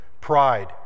pride